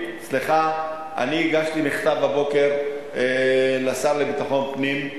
סליחה - אני הגשתי הבוקר מכתב לשר לביטחון פנים,